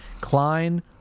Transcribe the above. Klein